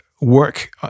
work